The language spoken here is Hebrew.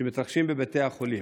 שמתרחשים בבתי החולים?